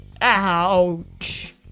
Ouch